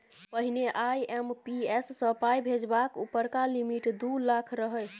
पहिने आइ.एम.पी.एस सँ पाइ भेजबाक उपरका लिमिट दु लाख रहय